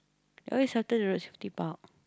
ya that's after the road safety park